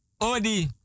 odi